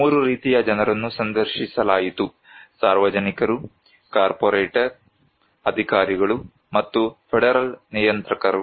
ಮೂರು ರೀತಿಯ ಜನರನ್ನು ಸಂದರ್ಶಿಸಲಾಯಿತು ಸಾರ್ವಜನಿಕರು ಕಾರ್ಪೊರೇಟ್ ಅಧಿಕಾರಿಗಳು ಮತ್ತು ಫೆಡರಲ್ ನಿಯಂತ್ರಕರು